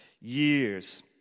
years